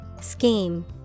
Scheme